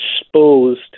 exposed